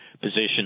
position